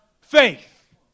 faith